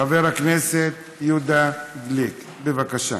חבר הכנסת יהודה גליק, בבקשה.